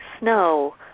Snow